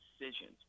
decisions